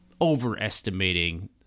overestimating